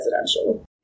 residential